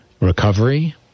recovery